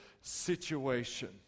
situation